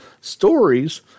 Stories